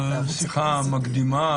בשיחה המקדימה